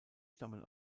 stammen